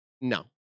no